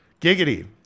Giggity